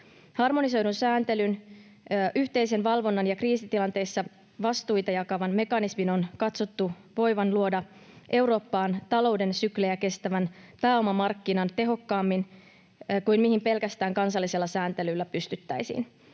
Harmonisoidun sääntelyn, yhteisen valvonnan ja kriisitilanteissa vastuita jakavan mekanismin on katsottu voivan luoda Eurooppaan talouden syklejä kestävän pääomamarkkinan tehokkaammin kuin mihin pelkästään kansallisella sääntelyllä pystyttäisiin.